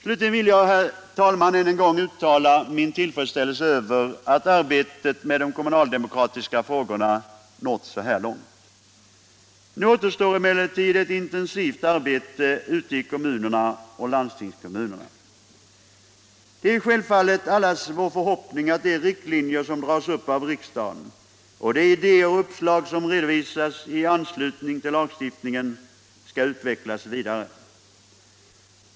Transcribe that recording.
Slutligen vill jag, herr talman, än en gång uttala min tillfredsställelse över att arbetet med de kommunaldemokratiska frågorna nått så här långt. Nu återstår emellertid ett intensivt arbete ute i kommunerna och landstingskommunerna. Det är självfallet allas vår förhoppning att de riktlinjer som dras upp av riksdagen och de idéer och uppslag som redovisas i anslutning till lagstiftningen skall utvecklas vidare.